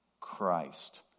Christ